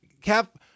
Cap